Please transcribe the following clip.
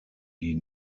die